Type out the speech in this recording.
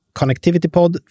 ConnectivityPod